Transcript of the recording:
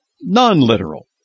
non-literal